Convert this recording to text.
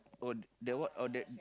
oh that what or that